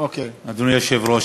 אדוני היושב-ראש,